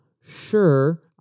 sure